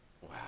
Wow